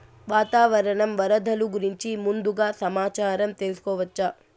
వాతావరణం వరదలు గురించి ముందుగా సమాచారం తెలుసుకోవచ్చా?